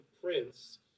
prince